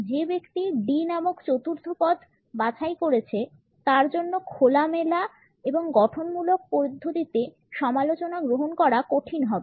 যে ব্যক্তি D নামক চতুর্থ পদ বাছাই করেছে তার জন্য খোলামেলা এবং গঠনমূলক পদ্ধতিতে সমালোচনা গ্রহণ করা কঠিন হবে